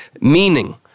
Meaning